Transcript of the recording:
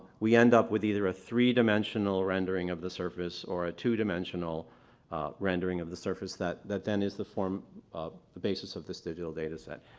we end up with either a three dimensional rendering of the surface or a two dimensional rendering of the surface that that then is the form the basis of this digital data set.